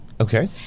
Okay